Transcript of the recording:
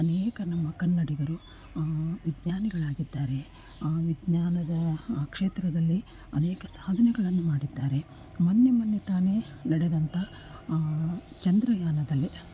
ಅನೇಕ ನಮ್ಮ ಕನ್ನಡಿಗರು ವಿಜ್ಞಾನಿಗಳಾಗಿದ್ದಾರೆ ಆ ವಿಜ್ಞಾನದ ಕ್ಷೇತ್ರದಲ್ಲಿ ಅನೇಕ ಸಾಧನೆಗಳನ್ನು ಮಾಡಿದ್ದಾರೆ ಮೊನ್ನೆ ಮೊನ್ನೆ ತಾನೆ ನಡೆದಂತಹ ಚಂದ್ರಯಾನದಲ್ಲಿ